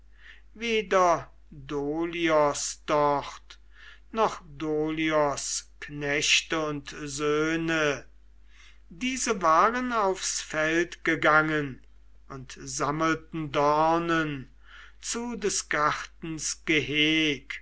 weder dolios dort noch dolios knechte und söhne diese waren aufs feld gegangen und sammelten dornen zu des gartens geheg